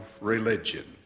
religion